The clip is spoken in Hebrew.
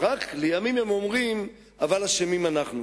רק לימים הם אומרים: אבל אשמים אנחנו.